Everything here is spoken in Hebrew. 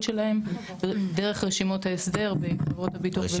שלהם דרך רשימות ההסדר ועם חברות הביטוח ועם קופות החולים.